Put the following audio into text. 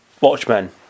Watchmen